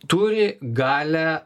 turi galią